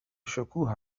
شکوه